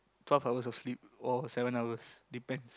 twelve hours of sleep or seven hours depends